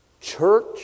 Church